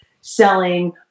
selling